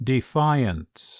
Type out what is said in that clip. Defiance